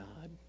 God